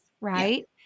right